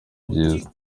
byiza